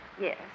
Yes